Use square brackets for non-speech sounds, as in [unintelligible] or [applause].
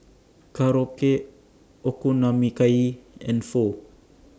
Korokke [unintelligible] and Pho